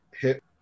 hit